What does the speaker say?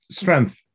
strength